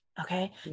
Okay